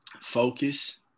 Focus